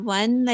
one